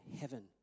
heaven